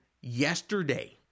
yesterday